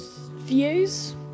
views